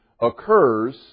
occurs